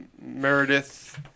Meredith